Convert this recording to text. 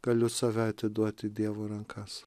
galiu save atiduoti į dievo rankas